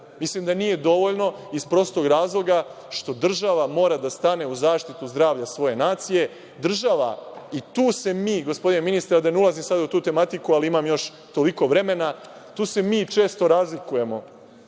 Mislim da nije dovoljno iz prostog razloga što država mora da stane u zaštitu zdravlja svoje nacije. Država – i tu se mi gospodine ministre, da ne ulazim u tu tematiku, ali imam još toliko vremena, često razlikujemo